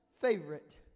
favorite